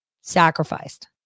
sacrificed